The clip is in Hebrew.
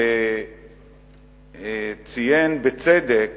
שציין בצדק